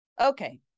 Okay